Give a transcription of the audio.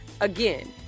again